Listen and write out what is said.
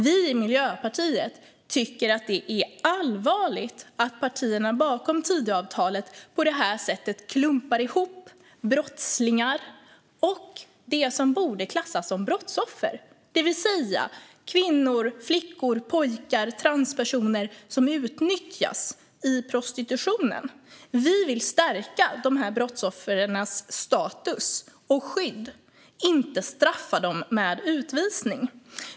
Vi i Miljöpartiet tycker att det är allvarligt att partierna bakom Tidöavtalet på detta sätt klumpar ihop brottslingar med dem som borde klassas som brottsoffer, det vill säga kvinnor, flickor, pojkar och transpersoner som utnyttjas i prostitutionen. Vi vill stärka dessa brottsoffers status och skydd, inte straffa dem med utvisning.